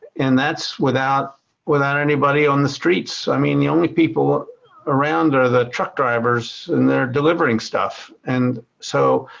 and that's without without anybody on the streets. i mean the only people around are the truck drivers and they're delivering stuff. and so